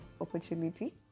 opportunity